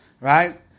Right